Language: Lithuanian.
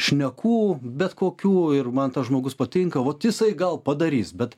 šnekų bet kokių ir man tas žmogus patinka vot jisai gal padarys bet